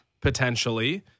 potentially